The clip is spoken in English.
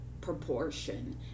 proportion